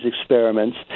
experiments